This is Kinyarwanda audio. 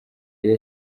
iyo